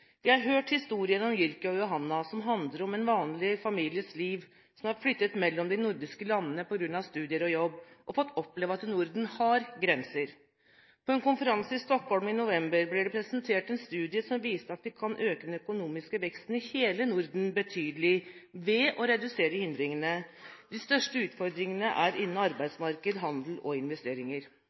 de gjør. Vi har hørt historien om Jyrki og Johanna som handler om en vanlig families liv. De har flyttet mellom de nordiske landene på grunn av studier og jobb og fått oppleve at Norden har grenser. På en konferanse i Stockholm i november ble det presentert en studie som viste at vi kan øke den økonomiske veksten i hele Norden betydelig ved å redusere hindringene. De største utfordringene er innenfor arbeidsmarkedet, handel og investeringer.